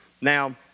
Now